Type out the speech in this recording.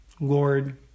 Lord